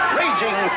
raging